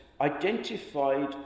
identified